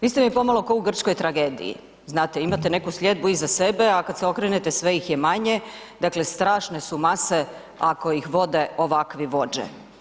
Vi ste mi pomalo ko u grčkoj tragediji, znate imate neku sljedbu iza sebe, a kad se okrenete sve ih je manje, dakle strašne su mase ako ih vode ovakvi vođe.